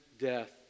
death